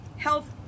Health